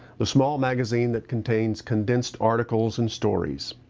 the small magazine that contains condensed articles and stories.